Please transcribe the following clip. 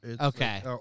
Okay